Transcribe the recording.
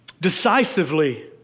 decisively